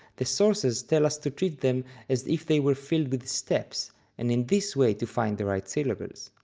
the sources tell us to treat them as if they were filled with steps and in this way to find the right syllables.